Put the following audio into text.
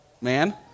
man